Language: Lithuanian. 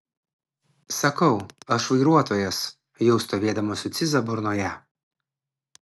sakau aš vairuotojas jau stovėdamas su cyza burnoje